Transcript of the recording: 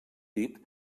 dit